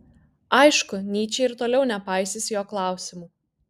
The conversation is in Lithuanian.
aišku nyčė ir toliau nepaisys jo klausimų